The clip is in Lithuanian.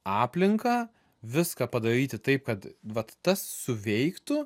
aplinką viską padaryti taip kad vat tas suveiktų